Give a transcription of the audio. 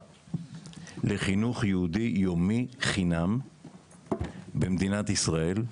לחינוך יהודי יומי חינם במדינת ישראל.